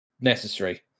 necessary